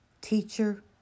Teacher